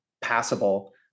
passable